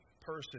person